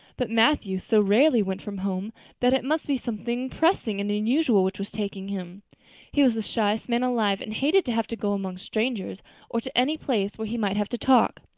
but matthew so rarely went from home that it must be something pressing and unusual which was taking him he was the shyest man alive and hated to have to go among strangers or to any place where he might have to talk.